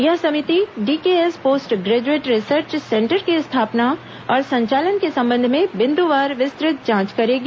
यह समिति DKS post graduate research centre की स्थापना और संचालन के संबंध में बिंदवार विस्तुत जांच करेगी